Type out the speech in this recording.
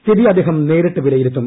സ്ഥിതി അദ്ദേഹം നേരിട്ട് വിലയിരുത്തും